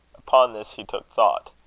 upon this he took thought.